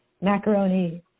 macaroni